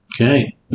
Okay